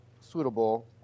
suitable